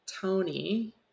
Tony